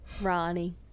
Ronnie